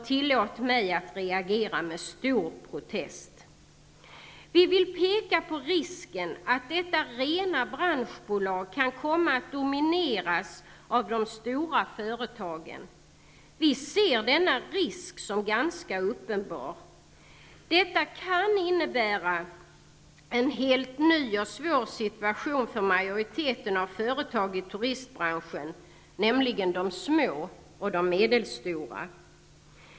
Tillåt mig att reagera med stor protest. Vi vill peka på risken att detta rena branschbolag kan komma att domineras av de stora företagen. Vi ser denna risk som ganska uppenbar. Detta kan innebära en helt ny och svår situation för majoriteten av företag i turistbranschen, nämligen de små och medelstora.